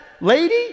lady